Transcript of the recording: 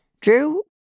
Drew